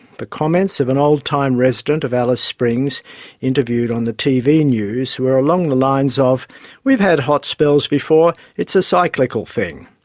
the comments of an old-time resident of alice springs interviewed on the tv news, were along the lines of we've had hot spells before, it's a cyclical thing'.